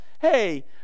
hey